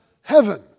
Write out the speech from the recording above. heaven